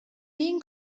این